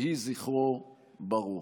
יהי זכרו ברוך.